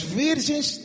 virgens